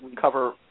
cover